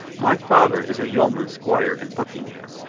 my father is a yeoman squire in buckingham.